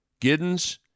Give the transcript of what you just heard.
Giddens